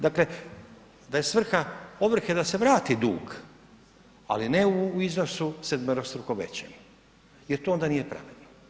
Dakle, da je svrha ovrhe da se vrati dug, ali u iznosu sedmerostruko većem jer to onda nije pravedno.